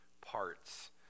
parts